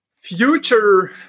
future